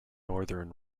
northern